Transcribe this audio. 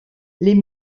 les